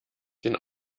den